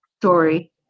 story